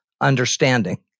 understanding